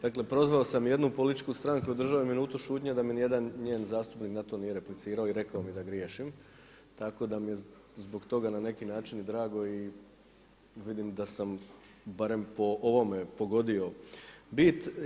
Dakle, prozvao jednu političku stranku, držao minutu šutnje da mi nijedan njen zastupnik na to nije replicirao i rekao mi da griješim, tako da mi je zbog toga na neki način i drago i vidim da sam barem po ovome pogodio bit.